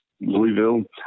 Louisville